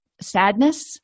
sadness